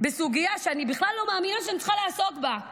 בסוגיה שאני בכלל לא מאמינה שאני צריכה לעסוק בה,